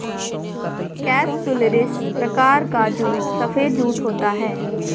capsularis प्रकार का जूट सफेद जूट होता है